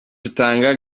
rutanga